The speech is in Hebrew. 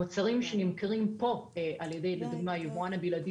מוצרים שנמכרים פה על ידי לדוגמא על ידי היבואן הבלעדי